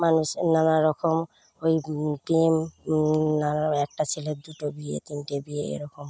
মানুষের নানারকম ওই প্রেম একটা ছেলের দুটো বিয়ে তিনটে বিয়ে এরকম